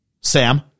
sam